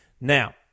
Now